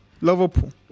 Liverpool